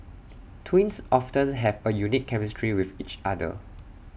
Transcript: twins often have A unique chemistry with each other